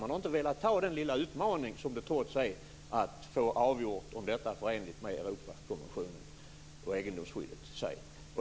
Man har inte velat ta den lilla utmaning som det trots allt skulle vara att avgöra om detta är förenligt med Europakonventionens egendomsskydd.